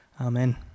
Amen